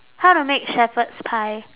how to make shepherd's pie